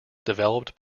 developed